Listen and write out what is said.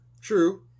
True